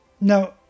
Now